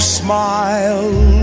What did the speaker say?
smile